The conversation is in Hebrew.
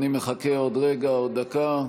אני מחכה עוד רגע, עוד דקה.